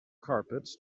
carpet